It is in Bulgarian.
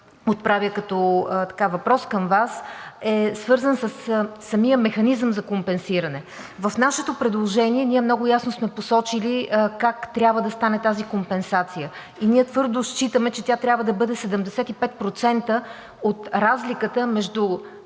отправя като въпрос към Вас, е свързано със самия механизъм за компенсиране. В нашето предложение много ясно сме посочили как трябва да стане тази компенсация и ние твърдо считаме, че тя трябва да бъде 75% от разликата между